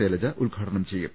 ശൈലജ ഉദ്ഘാടനം ചെയ്യും